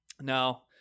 now